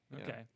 okay